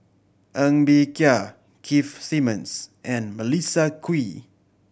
Ng Bee Kia Keith Simmons and Melissa Kwee